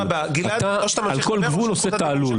מבלי שהונחה חוות דעת כתובה בנושא מאוד